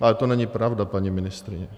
Ale to není pravda, paní ministryně.